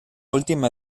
última